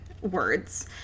words